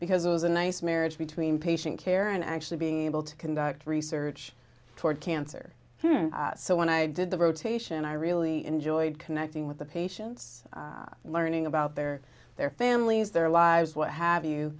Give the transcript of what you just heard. because it was a nice marriage between patient care and actually being able to conduct research toward cancer so when i did the rotation i really enjoyed connecting with the patients and learning about their their families their lives what have you